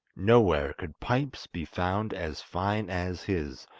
nowhere could pipes be found as fine as his,